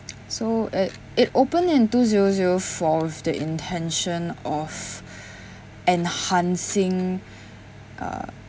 so it it opened in two zero zero four with the intention of enhancing uh